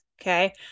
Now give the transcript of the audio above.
okay